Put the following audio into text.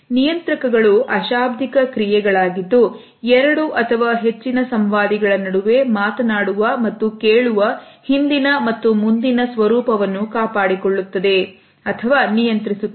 ನಿಯಂತ್ರಕಗಳು ಅಶಾಬ್ದಿಕ ಕ್ರಿಯೆಗಳಾಗಿದ್ದು ಎರಡು ಅಥವಾ ಹೆಚ್ಚಿನ ಸಂವಾದಿಗಳ ನಡುವೆ ಮಾತನಾಡುವ ಮತ್ತು ಕೇಳುವ ಹಿಂದಿನ ಮತ್ತು ಮುಂದಿನ ಸ್ವರೂಪವನ್ನು ಕಾಪಾಡಿಕೊಳ್ಳುತ್ತದೆ ಅಥವಾ ನಿಯಂತ್ರಿಸುತ್ತದೆ